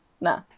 No